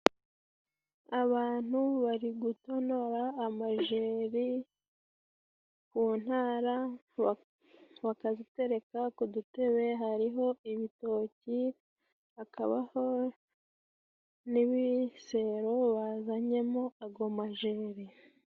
Abantu bari gutonora amajeri ku ntara bakazitereka kudutebe hariho ibitoki hakabaho n'ibisero bazanyemo ago majeri.